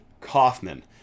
Kaufman